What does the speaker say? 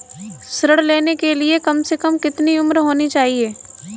ऋण लेने के लिए कम से कम कितनी उम्र होनी चाहिए?